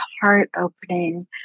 heart-opening